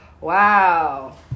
wow